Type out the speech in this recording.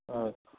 ꯑ